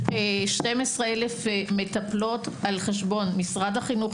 12,000 מטפלות על חשבון משרד החינוך.